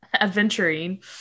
adventuring